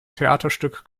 theaterstück